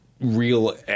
real